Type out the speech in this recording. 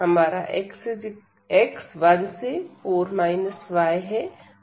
हमारा x 1 से 4 y और y 0 से 3 है